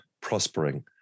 prospering